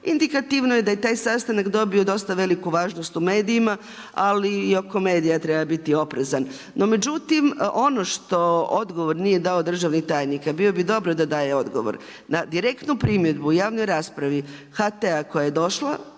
indikativno je da je taj sastanak dobio dosta veliku važnost u medijima, ali i oko medija treba biti oprezan. No međutim ono što odgovor nije dao državni tajnika, a bilo bi dobro da daje odgovor na direktnu primjedbu u javnoj raspravi HT-a koja je došla